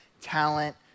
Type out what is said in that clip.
talent